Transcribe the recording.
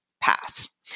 pass